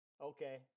Okay